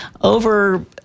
Over